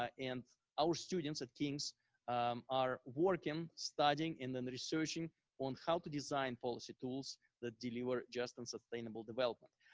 ah and our students at king's are working, studying and and researching on how to design policy tools that deliver just on sustainable development.